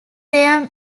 their